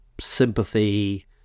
sympathy